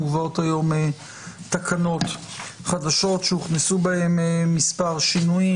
מובאות היום תקנות חדשות שהוכנסו בהן מספר שינויים,